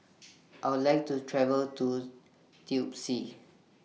I Would like to travel to Tbilisi